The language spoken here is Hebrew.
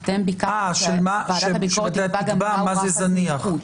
נקבע מה זה זניח.